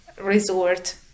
resort